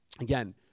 Again